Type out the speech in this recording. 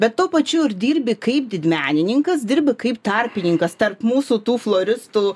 bet tuo pačiu ir dirbi kaip didmenininkas dirbi kaip tarpininkas tarp mūsų tų floristų